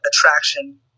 attraction